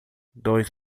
dois